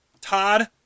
todd